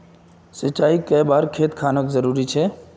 सिंचाई कै बार खेत खानोक जरुरी छै?